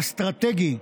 האסטרטגי,